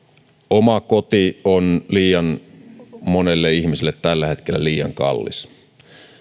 oma koti on liian monelle ihmiselle tällä hetkellä liian kallis